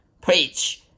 preach